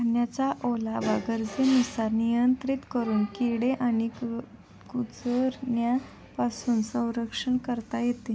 धान्याचा ओलावा गरजेनुसार नियंत्रित करून किडे आणि कुजण्यापासून संरक्षण करता येते